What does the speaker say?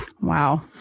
wow